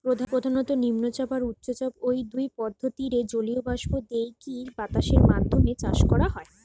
প্রধানত নিম্নচাপ আর উচ্চচাপ, ঔ দুই পদ্ধতিরে জলীয় বাষ্প দেইকি বাতাসের মাধ্যমে চাষ করা হয়